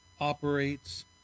operates